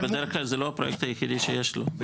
אבל, בדרך כלל זה לא הפרויקט היחידי שיש לו.